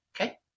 Okay